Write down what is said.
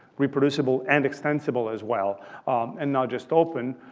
reproducible, and extensible as well and not just open.